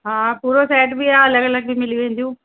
हा पूरो सेट बि आहे अलॻि अलॻि बि मिली वेंदियूं